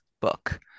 book